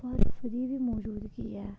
पर फ्री दी मौजूदगी ऐ